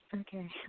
Okay